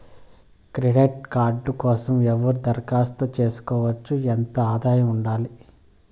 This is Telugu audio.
క్రెడిట్ కార్డు కోసం ఎవరు దరఖాస్తు చేసుకోవచ్చు? ఎంత ఆదాయం ఉండాలి?